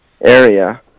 area